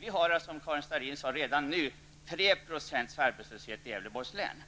vi har alltså, som Karin Starrin sade, redan nu 3 % arbetslöshet i Gävleborgs län.